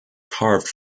carved